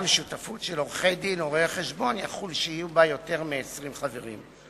אולם שותפות של עורכי-דין או רואי-חשבון יכול שיהיו בה יותר מ-20 חברים,